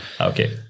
okay